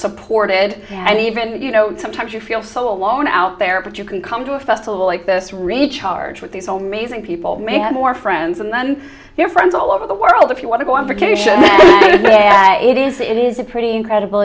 supported and even you know sometimes you feel so alone out there but you can come to a festival like this recharge with these all mays and people may have more friends and then your friends all over the world if you want to go on vacation then it is it is a pretty incredible